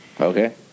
okay